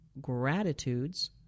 gratitudes